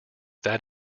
that